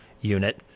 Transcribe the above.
unit